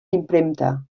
impremta